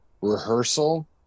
rehearsal